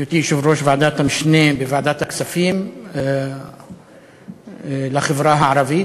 בהיותי יושב-ראש ועדת המשנה בוועדת הכספים לחברה הערבית.